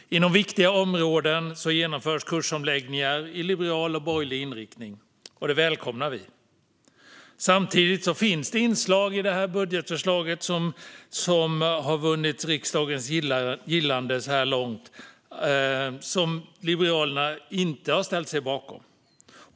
Inom viktiga områden genomförs kursomläggningar i liberal och borgerlig riktning, och det välkomnar vi. Samtidigt finns det inslag i det budgetförslag som har vunnit riksdagens gillande så här långt som Liberalerna inte har ställt sig bakom.